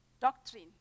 doctrine